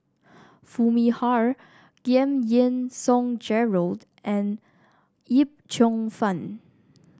Foo Mee Har Giam Yean Song Gerald and Yip Cheong Fun